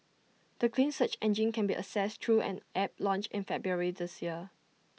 the clean search engine can be accessed through an app launched in February this year